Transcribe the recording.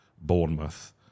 Bournemouth